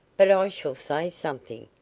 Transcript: but i shall say something,